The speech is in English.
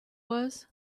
was